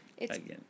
Again